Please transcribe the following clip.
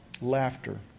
Laughter